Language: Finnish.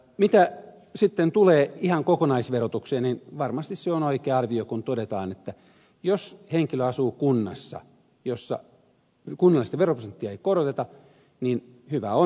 mitä sitten tulee ihan kokonaisverotukseen niin varmasti se on oikea arvio kun todetaan että jos henkilö asuu kunnassa jossa kunnallista veroprosenttia ei koroteta niin hyvä on